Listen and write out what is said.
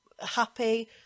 happy